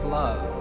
love